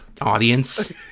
Audience